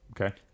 Okay